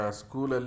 school